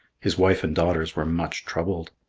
his wife and daughters were much troubled.